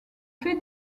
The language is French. fait